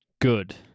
good